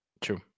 True